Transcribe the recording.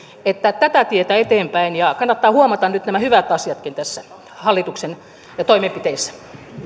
eli tätä tietä eteenpäin ja kannattaa huomata nyt nämä hyvätkin asiat näissä hallituksen toimenpiteissä